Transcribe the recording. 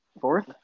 fourth